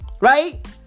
Right